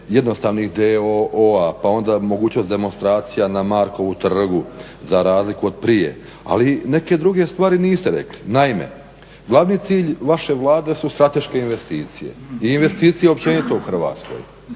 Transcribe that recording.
jednostavnih d.o.o., pa onda mogućnost demonstracija na Markovu trgu za razliku od prije, ali neke druge stvari niste rekli. Naime, glavni cilj vaše Vlade su strateške investicije i investicije općenito u Hrvatskoj.